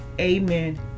Amen